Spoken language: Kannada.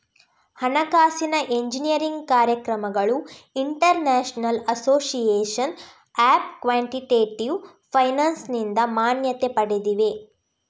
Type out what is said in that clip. ಹಣಕಾಸಿನ ಎಂಜಿನಿಯರಿಂಗ್ ಕಾರ್ಯಕ್ರಮಗಳು international association of quantitative ಫೈನಾನ್ಸಿನಿಂದ ಮಾನ್ಯತೆ ಪಡೆದಿವೆ